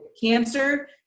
cancer